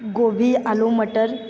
गोभी आलू मटर